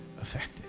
affected